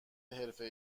حرفه